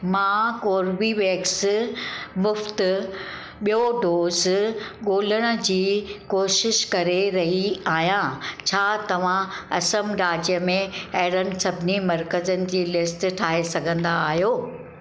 मां कोर्बीवेक्स मुफ़्ति ॿियो डोज़ ॻोल्हण जी कोशिशि करे रही आहियां छा तव्हां असम राज्य में अहिड़नि सभिनी मर्क़जनि जी लिस्ट ठाहे सघंदा आहियो